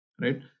right